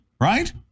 right